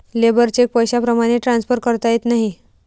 labour cheque पैशाप्रमाणे transfer करता येत नाही